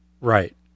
Right